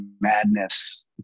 madness